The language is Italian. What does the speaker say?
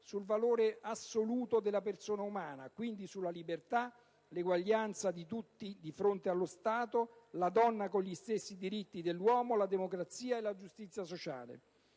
sul valore assoluto della persona umana, e quindi sulla libertà, sull'eguaglianza di tutti di fronte allo Stato - con gli stessi diritti per l'uomo e la donna - sulla democrazia e sulla giustizia sociale.